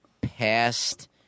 past